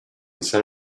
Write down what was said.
san